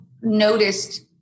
noticed